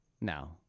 No